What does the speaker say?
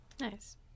Nice